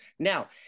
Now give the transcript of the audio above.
Now